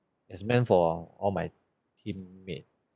is meant for all my teammate